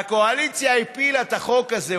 והקואליציה הפילה את החוק הזה,